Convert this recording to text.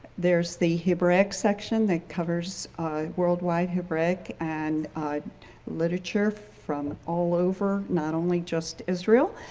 there's the hebraic section that covers worldwide hebraic and literature from all over, not only just israel.